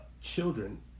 children